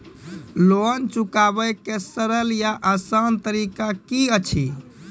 Loan चुकाबै के सरल या आसान तरीका की अछि?